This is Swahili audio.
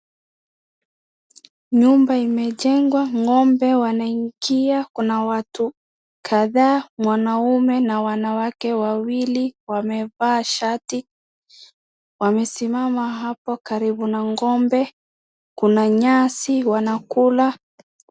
Nyumba imejengewa, ng'ombe wanaingia, Kuna watu kadhaa, mwanaume na wanawake wawili wamevaa shati. Wamesimama hapo karibu na ng'ombe kuna nyasi wanakula.